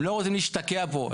הם לא רוצים להשתקע כאן.